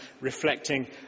reflecting